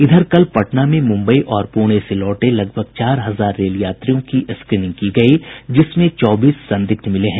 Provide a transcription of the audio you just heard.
इधर कल पटना में मुम्बई और पुणे से लौटे लगभग चार हजार रेल यात्रियों की स्क्रीनिंग की गयी जिसमें चौबीस संदिग्ध मिले हैं